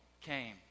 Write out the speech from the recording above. came